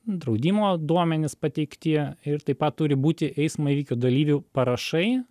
draudimo duomenys pateikti ir taip pat turi būti eismo įvykio dalyvių parašai